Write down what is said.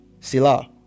Sila